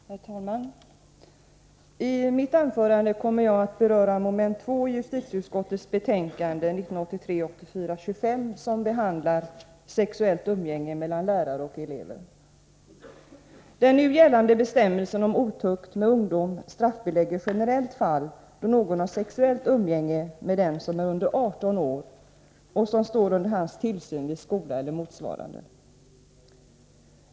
Herr talman! I mitt anförande kommer jag att beröra mom. 2 i justitieutskottets betänkande 1983/84:25, som behandlar sexuellt umgänge mellan lärare och elever m.m. Den nu gällande bestämmelsen om otukt med ungdom straffbelägger generellt fall då någon har sexuellt umgänge med den som är under 18 år och som står under hans tillsyn vid skola eller motsvarande.